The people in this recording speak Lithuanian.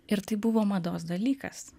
ir tai buvo mados dalykas